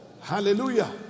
hallelujah